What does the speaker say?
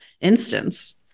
instance